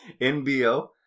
NBO